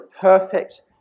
perfect